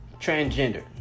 transgender